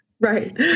right